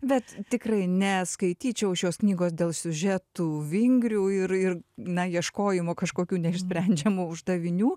bet tikrai ne skaityčiau šios knygos dėl siužetų vingrių ir ir na ieškojimo kažkokių neišsprendžiamų uždavinių